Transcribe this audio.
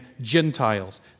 Gentiles